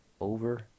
Over